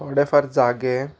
थोडे फार जागे